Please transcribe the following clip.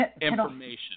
information